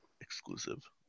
exclusive